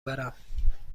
برم